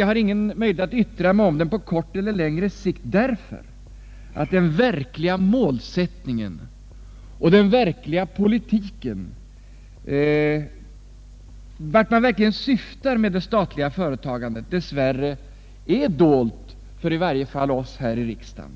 Jag har ingen möjlighet att yttra mig på kortare eller längre sikt om vart man verkligen syftar med det statliga företagandet, därför att den verkliga målsättningen och politiken dess värre är dold i varje fall för oss här i riksdagen.